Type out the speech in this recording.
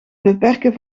beperken